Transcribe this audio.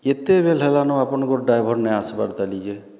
ଏତେବେଲେ ହେଲାନ ଆପଣଙ୍କର ଡ୍ରାଇଭର୍ ନାଇଁ ଆସିବାର୍ ତାଲିକେ